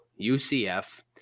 UCF